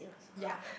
ya